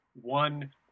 one